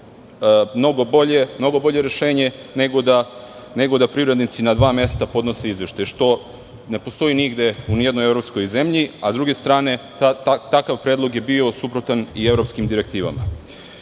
mnogo bolje rešenje nego da privrednici na dva mesta podnose izveštaje, što ne postoji nigde, ni u jednoj evropskoj zemlji. S druge strane, takav predlog je bio suprotan i evropskim direktivama. Što